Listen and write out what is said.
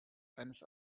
eines